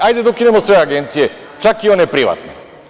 Hajde da ukinimo sve agencije, čak i one privatne.